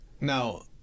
Now